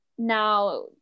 now